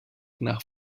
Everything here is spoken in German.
nach